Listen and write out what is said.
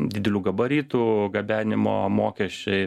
didelių gabaritų gabenimo mokesčiai